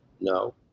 No